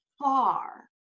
far